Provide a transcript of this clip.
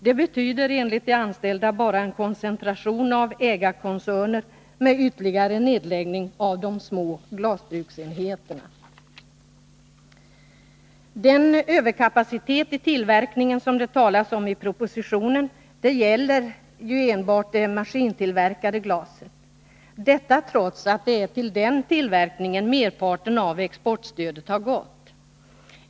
Det betyder enligt de anställda bara en koncentration av ägarkoncerner med ytterligare nedläggning av de små glasbruksenheterna. Den överkapacitet i tillverkningen som det talas om i propositionen gäller enbart det maskintillverkade glaset, detta trots att det är till den tillverkningen merparten av exportstödet har gått.